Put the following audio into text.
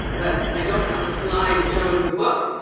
that i don't have a slide showing the book.